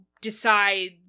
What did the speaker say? decide